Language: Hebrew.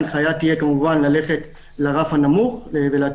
ההנחיה תהיה כמובן ללכת לרף הנמוך ולהטיל